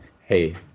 Hey